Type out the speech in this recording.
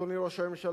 אדוני ראש הממשלה,